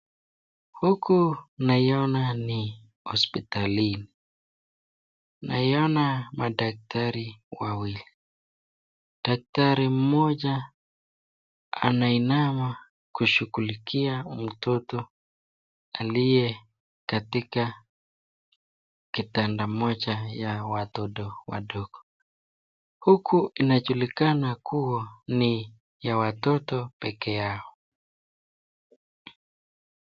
Huku naiona ni hospitalini, naiona madaktari wawili. Daktari mmoja anainama kushughulikia mtoto aliye katika kitanda moja ya watoto wadogo. Huku inajulikana kuwa ni ya watoto pekee yao.